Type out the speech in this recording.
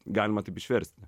galima taip išversti